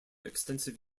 extensive